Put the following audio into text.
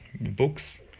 books